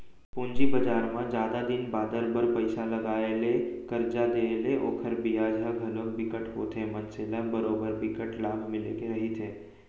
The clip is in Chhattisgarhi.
पूंजी बजार म जादा दिन बादर बर पइसा के लगाय ले करजा देय ले ओखर बियाज ह घलोक बिकट होथे मनसे ल बरोबर बिकट लाभ मिले के रहिथे